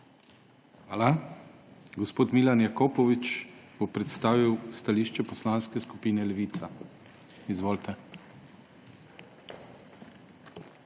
KRIVEC: Gospod Milan Jakopovič bo predstavil stališče Poslanske skupine Levica. Izvolite. MILAN